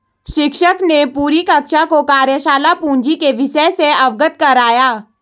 शिक्षक ने पूरी कक्षा को कार्यशाला पूंजी के विषय से अवगत कराया